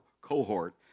cohort